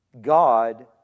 God